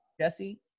Jesse